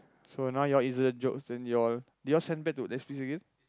so now you all insert jokes then you all did you all send back to again